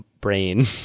brain